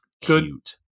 cute